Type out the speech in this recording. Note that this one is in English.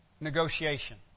negotiation